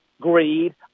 greed